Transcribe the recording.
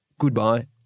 Goodbye